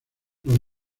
los